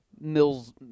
Mills